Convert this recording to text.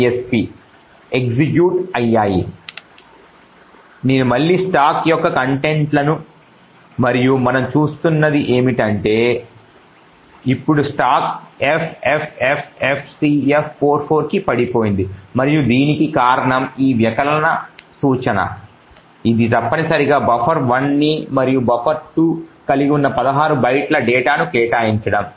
కాబట్టి నేను మళ్ళీ స్టాక్ యొక్క కంటెంట్ లను మరియు మనం చూస్తున్నది ఏమిటంటే ఇప్పుడు స్టాక్ ffffcf44 కి పడిపోయింది మరియు దీనికి కారణం ఈ వ్యవకలనం సూచన ఇది తప్పనిసరిగా బఫర్1 ని మరియు buffer2 కలిగి ఉన్న 16 బైట్ల డేటాను కేటాయించడం